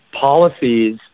policies